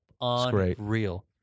Unreal